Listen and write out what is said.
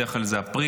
בדרך כלל זה אפריל,